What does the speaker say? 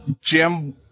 Jim